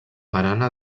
barana